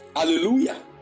Hallelujah